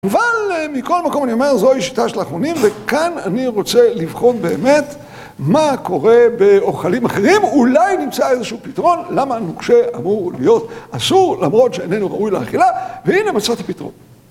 אבל מכל מקום אני אומר - זוהי השיטה של האחרונים, וכאן אני רוצה לבחון באמת מה קורה באוכלים אחרים, אולי נמצא איזשהו פתרון למה נוקשה אמור להיות אסור למרות שאיננו ראוי לאכילה, והנה מצאתי פתרון